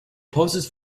poses